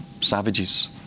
savages